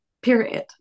period